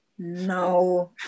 No